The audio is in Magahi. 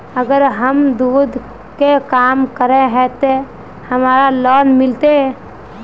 अगर हम दूध के काम करे है ते हमरा लोन मिलते?